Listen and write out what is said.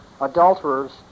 adulterers